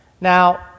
Now